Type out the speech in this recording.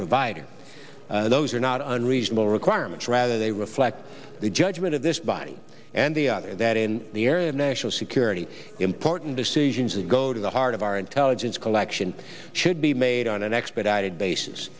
provider those are not unreasonable requirements rather they reflect the judgment of this body and the other that in the area of national security important decisions that go to the heart of our intelligence collection should be made on an expedited basis